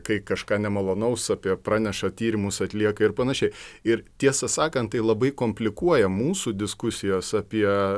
kai kažką nemalonaus apie praneša tyrimus atlieka ir panašiai ir tiesą sakant tai labai komplikuoja mūsų diskusijas apie